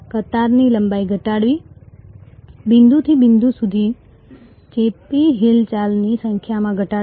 કતારની લંબાઈ ઘટાડવી બિંદુથી બિંદુ સુધી ચેપી હિલચાલની સંખ્યામાં ઘટાડો